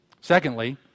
Secondly